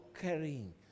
carrying